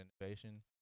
innovation